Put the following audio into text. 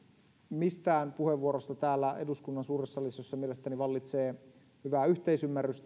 mistään puheenvuorosta täällä eduskunnan suuressa salissa jossa mielestäni vallitsee hyvä yhteisymmärrys